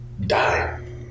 die